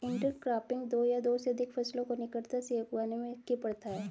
intercropping दो या दो से अधिक फसलों को निकटता में उगाने की प्रथा है